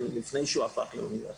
לפני שהפך לאוניברסיטה.